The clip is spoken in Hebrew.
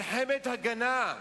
מלחמת הגנה.